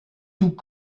tout